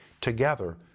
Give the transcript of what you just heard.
together